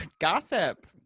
Gossip